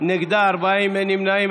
ג'ידא רינאוי זועבי.